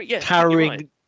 towering